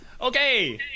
Okay